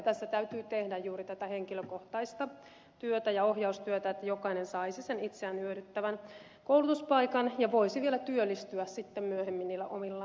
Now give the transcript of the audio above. tässä täytyy tehdä juuri tätä henkilökohtaista työtä ja ohjaustyötä että jokainen saisi sen itseään hyödyttävän koulutuspaikan ja voisi vielä työllistyä sitten myöhemmin niillä omilla taidoillaan